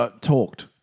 talked